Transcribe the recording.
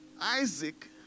Isaac